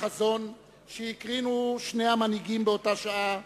החזון שהקרינו שני המנהיגים באותה שעה,